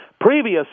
previous